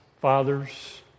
fathers